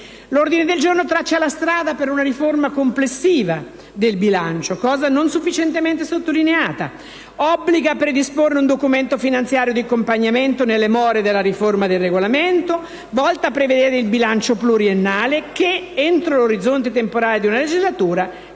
L'ordine del giorno traccia la strada per una riforma complessiva del bilancio, aspetto non sufficientemente sottolineato, ed obbliga a predisporre un documento finanziario di accompagnamento nelle more della riforma del regolamento volta a prevedere un bilancio pluriennale che, entro l'orizzonte temporale di una legislatura,